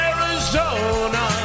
Arizona